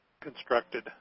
constructed